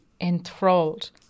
enthralled